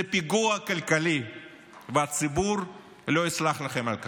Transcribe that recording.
פיגוע כלכלי והציבור ולא יסלח לכם על כך.